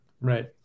Right